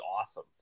awesome